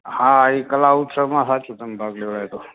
હા એ કલા ઉત્સવમાં સાચું તમે ભાગ લેવડાવ્યો હતો